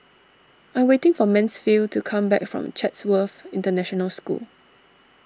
I'm waiting for Mansfield to come back from Chatsworth International School